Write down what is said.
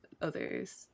Others